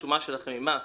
השומה שלכם ממס,